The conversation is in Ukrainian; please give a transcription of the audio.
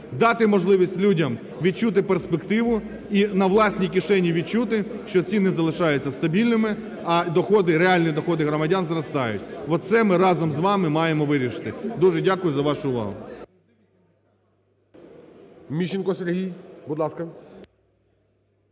дати можливість людям відчути перспективу і на власній кишені відчути, що ціни залишаються стабільними, а доходи, реальні доходи громадян зростають. Оце ми разом з вами маємо вирішити. Дуже дякую за вашу увагу.